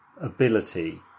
ability